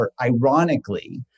ironically